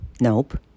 Nope